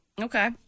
Okay